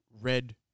red